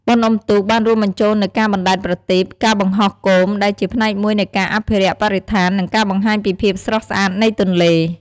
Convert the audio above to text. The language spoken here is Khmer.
បុណ្យអុំទូក បានរួមបញ្ចូលនូវការបណ្ដែតប្រទីប និងការបង្ហោះគោម ដែលជាផ្នែកមួយនៃការអភិរក្សបរិស្ថាន និងការបង្ហាញពីភាពស្រស់ស្អាតនៃទន្លេ។